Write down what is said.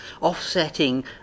Offsetting